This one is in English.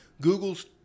Google's